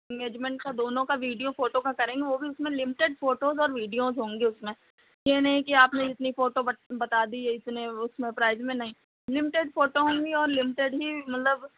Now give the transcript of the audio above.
engagement का दोनों का विडिओ फोटो का करेंगे वो भी उसमें लिमिटेड फ़ोटोज़ और विडिओज होंगे उसमें ये नहीं कि आपने जितनी फोटो बत बता दी इतने उसमें प्राइज में नहीं लिमिटेड फोटो होंगी और लिमिटेड हीं मतलब